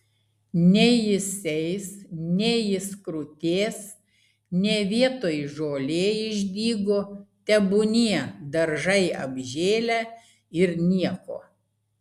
nei jis eis nei jis krutės ne vietoj žolė išdygo tebūnie daržai apžėlę ir nieko